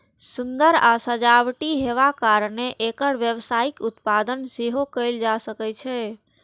सुंदर आ सजावटी हेबाक कारणें एकर व्यावसायिक उत्पादन सेहो कैल जा सकै छै